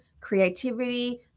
creativity